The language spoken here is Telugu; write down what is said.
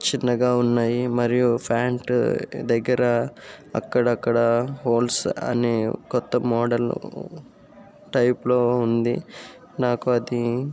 చిన్నగా ఉన్నాయి మరియు ప్యాంట్ దగ్గర అక్కడక్కడ హోల్స్ అని కొత్త మోడల్ టైపులో ఉంది నాకు అది